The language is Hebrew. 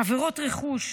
עבירות רכוש,